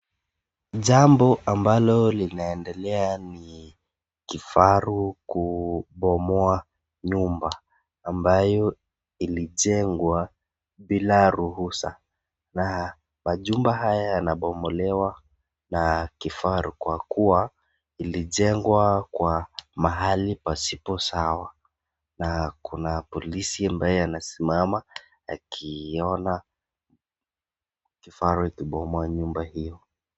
Jambo ambalo linaendelea ni kifaru kubomoa nyumba, ambayo ilijengwa bila ruhusa. Na majumba haya yanabomolewa na kifaru kwa kuwa ilijengwa kwa mahali pasipo sawa. Na kuna polisi ambaye anasimama akiona kifaru ikibomoa nyumba hiyo.